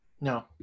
No